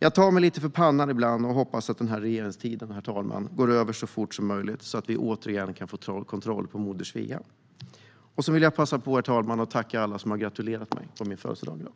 Jag tar mig lite för pannan ibland och hoppas att den här regeringstiden går över så fort som möjligt så att vi återigen kan få kontroll på Moder Svea. Sedan vill jag passa på, herr talman, att tacka alla som har gratulerat mig på min födelsedag i dag.